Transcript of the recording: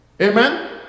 amen